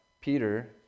Peter